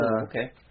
okay